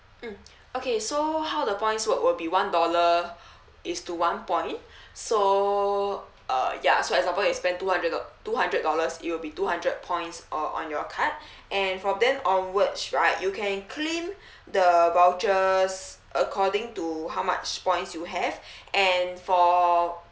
mm okay so how the points work will be one dollar is to one point so uh ya so example you spend two hundred dol~ two hundred dollars it'll be two hundred points orh on your card and from then onwards right you can claim the vouchers according to how much points you have and for